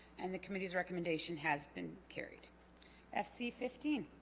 and the committee's recommendation has been carried fc fifteen